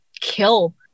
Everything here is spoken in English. kill